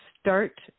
start